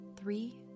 three